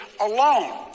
alone